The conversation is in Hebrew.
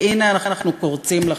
כי הנה אנחנו קורצים לכם,